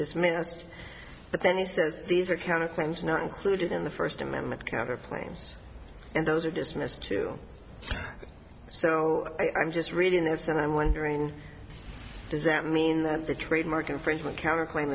dismissed but that is that these are kind of things not included in the first amendment counter planes and those are dismissed too so i'm just reading this and i'm wondering does that mean that the trademark infringement c